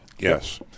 Yes